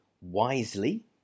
wisely